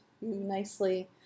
nicely